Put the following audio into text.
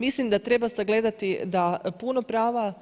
Mislim da treba sagledati da puno prava